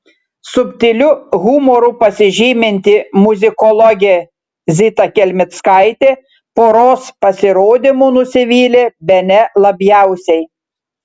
subtiliu humoru pasižyminti muzikologė zita kelmickaitė poros pasirodymu nusivylė bene labiausiai